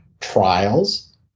trials